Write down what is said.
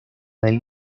del